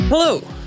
Hello